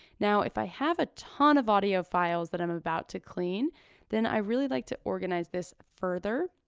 now if i have a ton of audio files that i'm about to clean then i really like to organize this further.